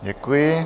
Děkuji.